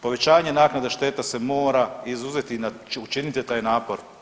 Povećanje naknade štete se mora izuzeti i učiniti taj napor.